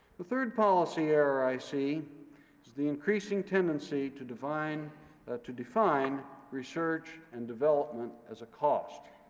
the third policy error i see is the increasing tendency to define to define research and development as a cost.